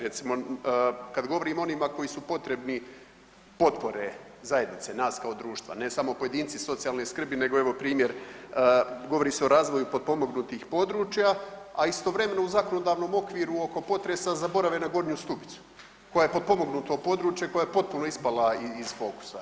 Recimo kad govorimo o onima koji su potrebni potpore zajednice nas kao društva, ne samo pojedinci iz socijalne skrbi nego evo primjer govori se o razvoju potpomognutih područja, a istovremeno u zakonodavnom okviru oko potresa zaborava na Gornju Stubicu koja je potpomognuto područje, koja je potpuno ispala iz fokusa.